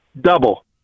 Double